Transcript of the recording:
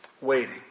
waiting